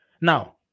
Now